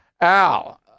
Al